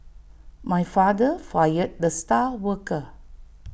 my father fired the star worker